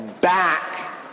back